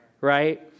right